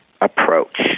approach